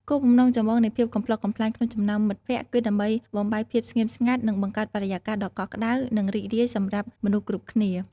គោលបំណងចម្បងនៃភាពកំប្លុកកំប្លែងក្នុងចំណោមមិត្តភក្តិគឺដើម្បីបំបែកភាពស្ងៀមស្ងាត់និងបង្កើតបរិយាកាសដ៏កក់ក្តៅនិងរីករាយសម្រាប់មនុស្សគ្រប់គ្នា។